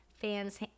fans